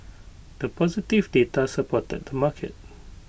the positive data supported the market